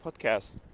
Podcast